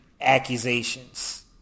accusations